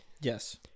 Yes